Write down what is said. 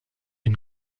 une